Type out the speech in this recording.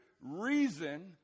reason